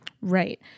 Right